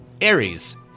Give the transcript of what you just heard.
Aries